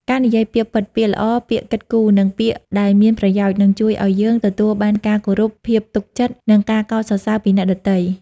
ការនិយាយពាក្យពិត ពាក្យល្អ ពាក្យគិតគូរ និងពាក្យដែលមានប្រយោជន៍ នឹងជួយឱ្យយើងទទួលបានការគោរព ភាពទុកចិត្ត និងការកោតសរសើរពីអ្នកដទៃ។